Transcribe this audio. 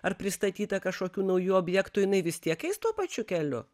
ar pristatyta kažkokių naujų objektų jinai vis tiek eis tuo pačiu keliu